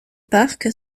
parc